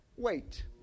wait